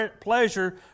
pleasure